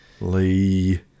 Lee